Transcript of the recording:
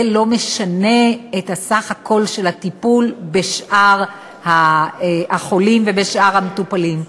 זה לא משנה את הסך הכול של הטיפול בשאר החולים ובשאר המטופלים.